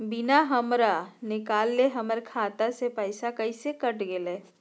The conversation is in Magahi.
बिना हमरा निकालले, हमर खाता से पैसा कैसे कट गेलई?